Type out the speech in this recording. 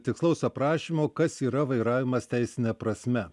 tikslaus aprašymo kas yra vairavimas teisine prasme